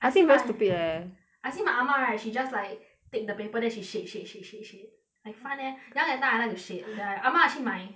I see very stupid leh I see my 阿嬷 right she just like take the paper then she shake shake shake shake shake like fun leh then that time I like to shake then 阿嬷去买